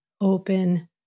open